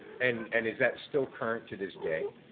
and and is that still current to this day?